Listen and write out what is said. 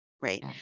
Right